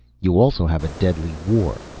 you also have a deadly war.